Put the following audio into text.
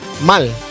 mal